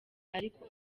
ariko